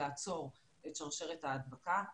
לעצור את שרשרת ההדבקה.